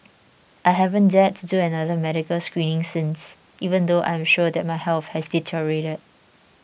I haven't dared to do another medical screening since even though I am sure that my health has deteriorated